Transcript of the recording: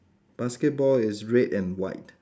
basketball is red and white